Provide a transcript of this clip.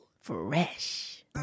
Fresh